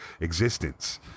existence